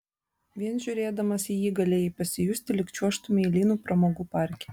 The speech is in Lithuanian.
vien žiūrėdamas į jį galėjai pasijusti lyg čiuožtumei lynu pramogų parke